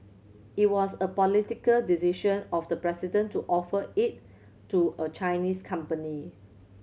it was a political decision of the president to offer it to a Chinese company